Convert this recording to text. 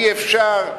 אי-אפשר.